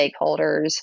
stakeholders